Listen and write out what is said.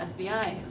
FBI